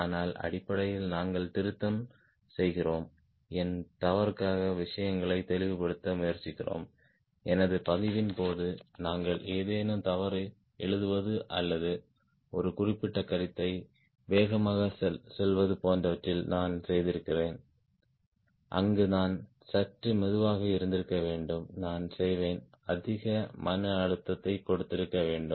ஆனால் அடிப்படையில் நாங்கள் திருத்தம் செய்கிறோம் என் தவறுக்காக விஷயங்களை தெளிவுபடுத்த முயற்சிக்கிறோம் எனது பதிவின் போது நான் ஏதேனும் தவறு எழுதுவது அல்லது ஒரு குறிப்பிட்ட கருத்தை வேகமாகச் செல்வது போன்றவற்றில் நான் செய்திருக்கிறேன் அங்கு நான் சற்று மெதுவாக இருந்திருக்க வேண்டும் நான் செய்வேன் அதிக மன அழுத்தத்தை கொடுத்திருக்க வேண்டும்